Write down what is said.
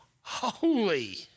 holy